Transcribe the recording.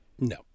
No